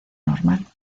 normal